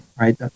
right